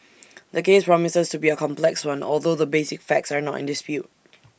the case promises to be A complex one although the basic facts are not in dispute